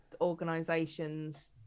organizations